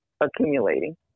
accumulating